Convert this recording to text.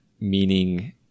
meaning